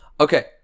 Okay